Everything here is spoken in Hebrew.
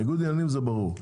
ניגוד עניינים זה ברור,